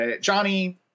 Johnny